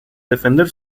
defender